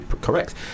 correct